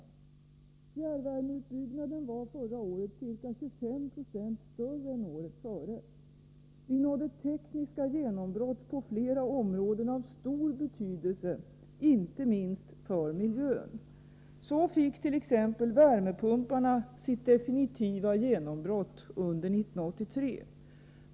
Fjärrvärmeutbyggnaden var förra året ca 25 Jo större än året före. Vi nådde tekniska genombrott på flera områden av stor betydelse, inte minst för miljön. Exempelvis fick värmepumparna sitt definitiva genombrott under 1983.